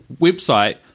website